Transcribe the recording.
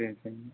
சரி சரிங்க